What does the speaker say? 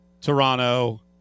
Toronto